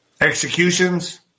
executions